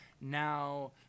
now